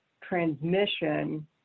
transmission